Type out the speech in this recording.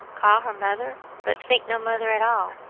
call her mother, but think no mother at all.